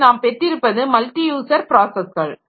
ஆக நாம் பெற்றிருப்பது மல்டி யூசர் ப்ராஸஸ்கள்